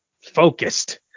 focused